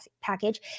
package